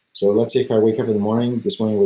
so let's say if i wake up in the morning, this morning,